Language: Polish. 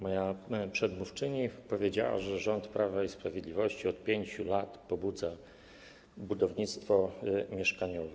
Moja przedmówczyni powiedziała, że rząd Prawa i Sprawiedliwości od 5 lat pobudza budownictwo mieszkaniowe.